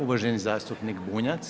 Uvaženi zastupnik Bunjac.